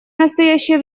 настоящее